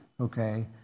okay